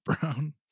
brown